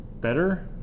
better